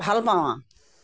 ভাল পাওঁ আৰু